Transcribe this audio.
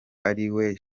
ariwe